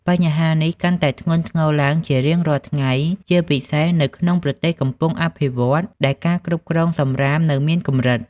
បញ្ហានេះកាន់តែធ្ងន់ធ្ងរឡើងជារៀងរាល់ថ្ងៃ ជាពិសេសនៅក្នុងប្រទេសកំពុងអភិវឌ្ឍន៍ ដែលការគ្រប់គ្រងសំរាមនៅមានកម្រិត។